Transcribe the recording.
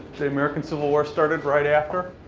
the american civil war started right after